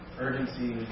urgency